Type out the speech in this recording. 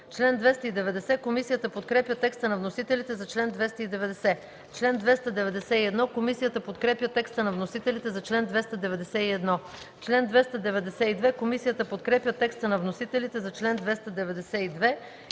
чл. 276. Комисията подкрепя текста на вносителите за чл. 277.